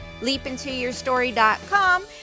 LeapIntoYourStory.com